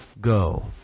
Go